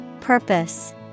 Purpose